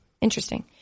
Interesting